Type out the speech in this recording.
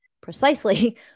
precisely